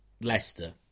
Leicester